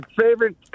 favorite